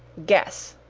guess!